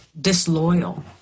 disloyal